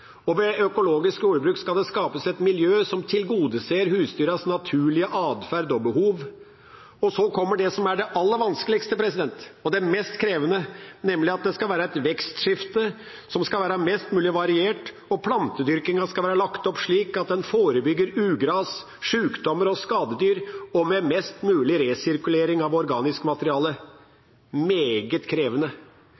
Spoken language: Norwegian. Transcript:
og ved økologisk jordbruk skal det skapes et miljø som tilgodeser husdyrenes naturlige adferd og behov. Så kommer det som er det aller vanskeligste og mest krevende, nemlig at det skal være et vekstskifte som skal være mest mulig variert, og plantedyrkingen skal være lagt opp slik at en forebygger ugress, sykdommer og skadedyr, og med mest mulig resirkulering av organisk materiale.